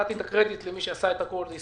נתתי קרדיט למי שעשה הכול.